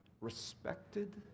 respected